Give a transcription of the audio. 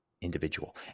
individual